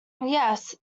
yes